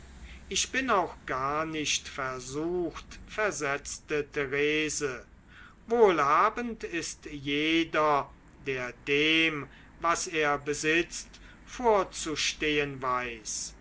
ich bin auch gar nicht versucht versetzte therese wohlhabend ist jeder der dem was er besitzt vorzustehen weiß